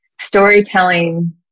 Storytelling